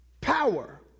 Power